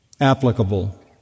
applicable